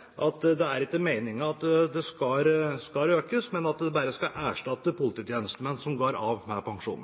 brev at det ikke er meningen at det skal økes, men at man bare skal erstatte polititjenestemenn som går av med pensjon?